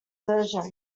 version